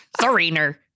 Serener